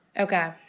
Okay